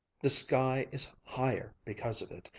the sky is higher because of it.